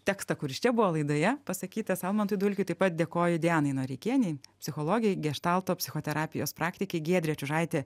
tekstą kuris čia buvo laidoje pasakytas almantui dulkiui taip pat dėkoju dianai noreikienei psichologei geštalto psichoterapijos praktikei giedrė čiužaitė